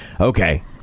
Okay